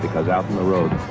because out on the road,